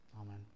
Amen